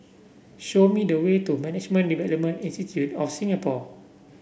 show me the way to Management Development Institute of Singapore